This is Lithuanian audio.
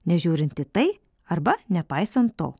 nežiūrint į tai arba nepaisant to